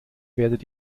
werdet